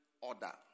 order